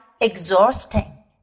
exhausting